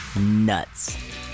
Nuts